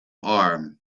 arm